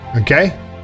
Okay